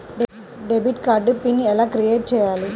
Debit card PIN ఎలా create చెయ్యాలి?